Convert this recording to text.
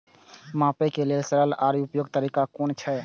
मापे लेल सरल आर उपयुक्त तरीका कुन छै?